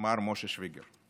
מר משה שוויגר.